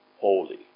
holy